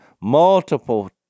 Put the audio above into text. multiple